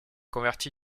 converti